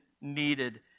needed